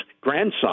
grandson